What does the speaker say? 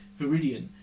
Viridian